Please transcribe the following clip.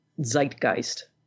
zeitgeist